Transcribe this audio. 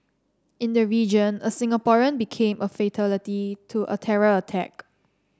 in the region a Singaporean became a fatality to a terror attack